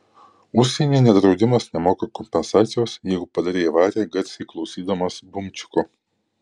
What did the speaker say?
užsienyje net draudimas nemoka kompensacijos jeigu padarei avariją garsiai klausydamas bumčiko